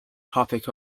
topic